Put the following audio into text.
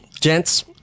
gents